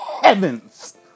heavens